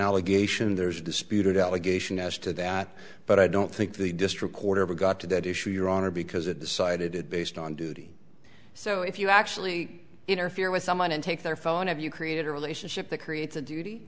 allegation there's disputed allegation as to that but i don't think the district court ever got to that issue your honor because it decided it based on duty so if you actually interfere with someone and take their phone have you created a relationship that creates a duty